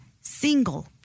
single